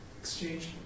exchange